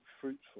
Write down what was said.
fruitful